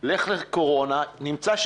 לרבות משכנתאות